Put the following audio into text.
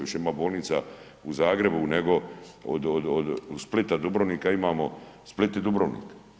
Više ima bolnica u Zagrebu nego od Splita, Dubrovnika imamo, Split i Dubrovnik.